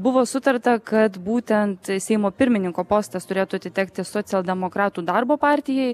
buvo sutarta kad būtent seimo pirmininko postas turėtų atitekti socialdemokratų darbo partijai